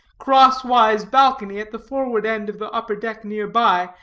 cross-wise balcony at the forward end of the upper deck near by,